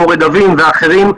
כמו רגבים ואחרים.